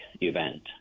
event